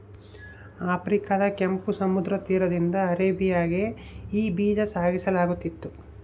ಆಫ್ರಿಕಾದ ಕೆಂಪು ಸಮುದ್ರ ತೀರದಿಂದ ಅರೇಬಿಯಾಗೆ ಈ ಬೀಜ ಸಾಗಿಸಲಾಗುತ್ತಿತ್ತು